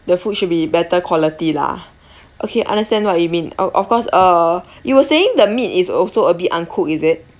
the food should be better quality lah okay I understand what you mean of of course uh you were saying the meat is also a bit uncook is it